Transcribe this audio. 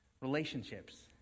Relationships